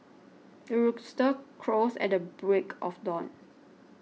the rooster crows at the break of dawn